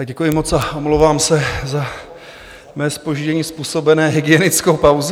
Děkuji moc a omlouvám se za své zpoždění způsobené hygienickou pauzou.